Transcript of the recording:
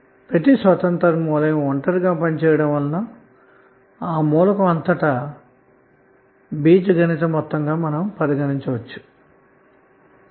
ప్రతి స్వతంత్ర మైన సోర్స్ కూడా విడిగా పనిచేయుట వలన లభించిన వోల్టేజ్ ల ఒక్క బీజగణిత మొత్తాన్ని మనం మూలకం అంతటా గల వోల్టేజ్ గా పరిగణించవచ్చు అన్న మాట